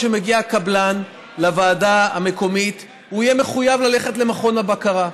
כשמגיע הקבלן לוועד המקומית הוא יהיה מחויב ללכת למכון הבקרה.